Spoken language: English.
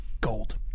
Gold